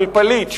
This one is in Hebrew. של פליט,